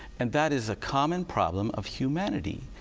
and that is a common problem of humanity,